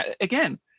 Again